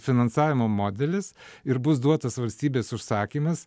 finansavimo modelis ir bus duotas valstybės užsakymas